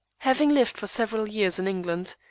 having lived for several years in england,